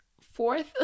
fourth